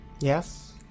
Yes